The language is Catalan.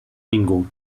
ningú